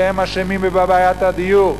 שהם אשמים בבעיית הדיור,